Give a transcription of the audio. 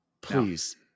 please